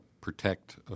protect